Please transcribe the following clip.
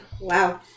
Wow